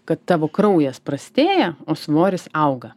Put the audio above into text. kad tavo kraujas prastėja o svoris auga